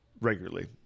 regularly